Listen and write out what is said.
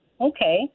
Okay